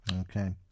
Okay